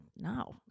No